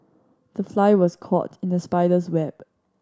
the fly was caught in the spider's web